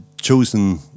chosen